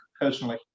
personally